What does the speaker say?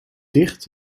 dicht